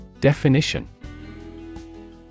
Definition